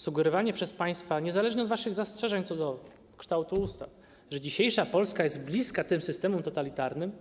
Sugerowanie przez państwa, niezależnie od waszych zastrzeżeń co do kształtu ustaw, że dzisiejsza Polska jest bliska tym systemom totalitarnym,